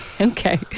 Okay